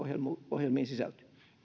ohjelmiin sisältyy